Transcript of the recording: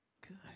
good